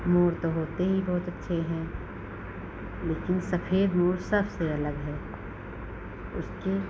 मोर तो होते ही बहुत अच्छे हैं लेकिन सफेद मोर सबसे अलग है उसके